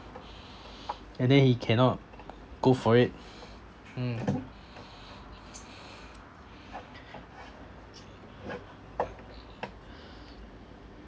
and then he cannot go for it mm